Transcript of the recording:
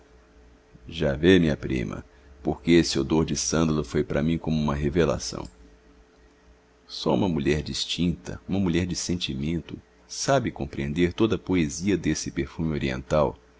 já vê minha prima porque esse odor de sândalo foi para mim como uma revelação só uma mulher distinta uma mulher de sentimento sabe compreender toda a poesia desse perfume oriental